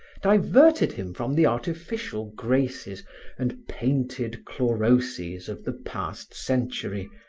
diverted him from the artificial graces and painted chloroses of the past century,